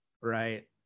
right